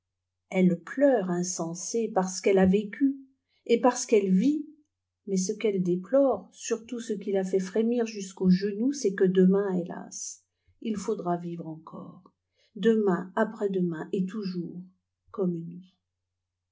elle pleure insensé parce qu'elle a vécu et parce qu'elle vit mais ce qu'elle déploresurtout ce qui la fait frémir jusqu'aux genoux c'est que demain hélas il faudra vivre encore demain après-demain et toujours comme nous